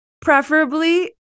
preferably